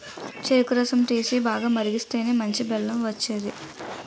చెరుకు రసం తీసి, బాగా మరిగిస్తేనే మంచి బెల్లం వచ్చేది